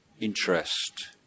interest